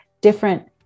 different